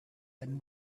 than